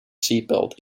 seatbelt